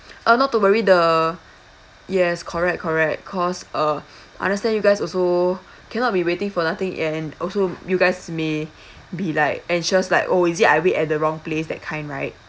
uh not to worry the yes correct correct cause uh I understand you guys also cannot be waiting for nothing and also you guys may be like anxious like oh is it I wait at the wrong place that kind right